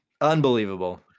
Unbelievable